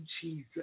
Jesus